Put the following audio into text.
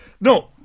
no